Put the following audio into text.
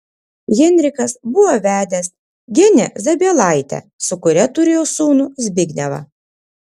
henrikas buvo vedęs genę zabielaitę su kuria turėjo sūnų zbignevą